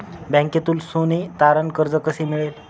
बँकेतून सोने तारण कर्ज कसे मिळेल?